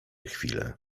chwilę